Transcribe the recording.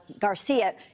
Garcia